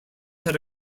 had